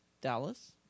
Dallas